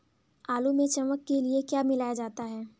आलू में चमक के लिए क्या मिलाया जाता है?